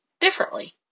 differently